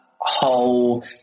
whole